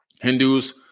Hindus